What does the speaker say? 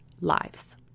lives